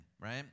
right